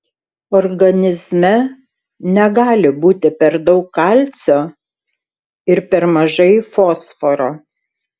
organizme negali būti per daug kalcio ir per mažai fosforo